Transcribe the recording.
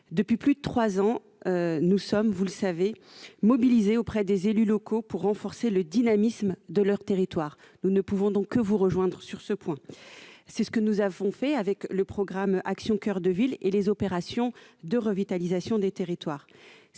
Depuis plus de trois ans, nous sommes mobilisés auprès des élus locaux pour renforcer le dynamisme de leurs territoires ; nous ne pouvons donc que vous rejoindre sur ce point. Je citerai le programme Action coeur de ville et les opérations de revitalisation des territoires.